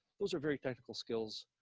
those are very technical skills.